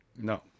No